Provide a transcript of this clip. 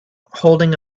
holding